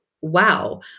wow